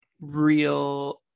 real